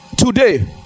Today